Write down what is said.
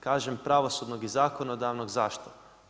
Kažem pravosudnog i zakonodavnog, zašto?